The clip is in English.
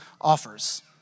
offers